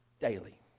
daily